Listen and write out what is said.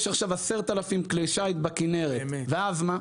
יש עכשיו 10000 כלי שיט בכנרת ואז מה?